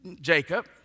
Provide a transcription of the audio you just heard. Jacob